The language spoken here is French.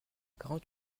quarante